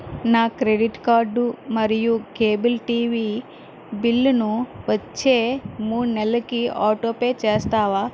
నా credit card మరియు cable TV బిల్లులను వచ్చే మూడు నెలలకి ఆటో పే చేస్తావా